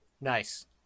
Nice